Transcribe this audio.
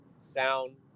Sound